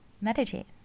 Meditate